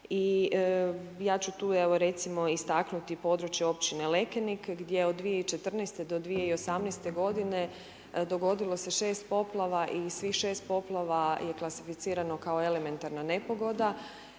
ja ću tu evo recimo istaknuti područje općine Lekenik gdje od 2014. do 2018. godine dogodilo se 6 poplava i svih 6 poplava je klasificirano kao elementarna nepogoda